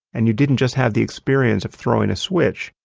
and you didn't just have the experience of throwing a switch,